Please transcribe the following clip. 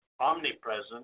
omnipresent